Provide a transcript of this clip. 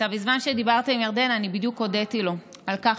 בזמן שדיברת עם ירדנה אני בדיוק הודיתי לו על כך